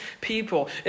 people